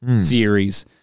series